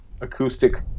acoustic